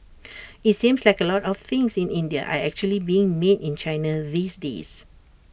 IT seems like A lot of things in India are actually being made in China these days